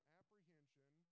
apprehension